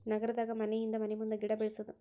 ನಗರದಾಗ ಮನಿಹಿಂದ ಮನಿಮುಂದ ಗಿಡಾ ಬೆಳ್ಸುದು